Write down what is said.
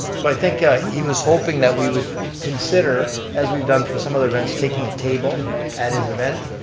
so i think he was hoping that we would consider as we've done for some other events, taking a table at his event.